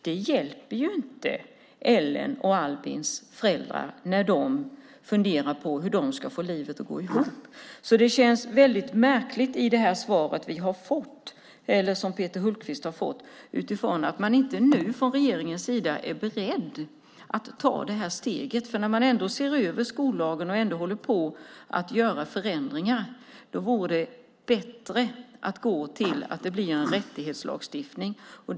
Det hjälper inte Ellens och Albins föräldrar när de funderar på hur de ska få livet att gå ihop. Det känns väldigt märkligt med det svar som Peter Hultqvist har fått. Man är inte från regeringens sida beredd att ta det här steget. När man ändå ser över skollagen och ändå håller på att göra förändringar vore det bättre att gå till att det blir en rättighetslagstiftning.